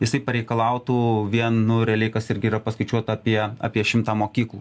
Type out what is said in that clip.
jisai pareikalautų vien nu realiai kas irgi yra paskaičiuota apie apie šimtą mokyklų